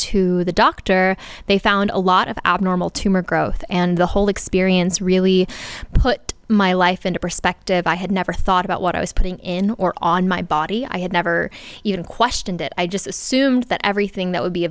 to the doctor they found a lot of abnormal tumor growth and the whole experience really put my life into perspective i had never thought about what i was putting in or on my body i had never even questioned it i just assumed that everything that would be